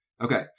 Okay